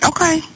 Okay